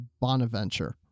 Bonaventure